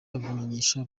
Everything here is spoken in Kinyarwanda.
abimenyesha